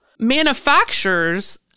manufacturers